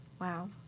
Wow